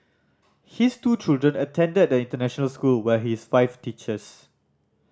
his two children attend the international school where his wife teaches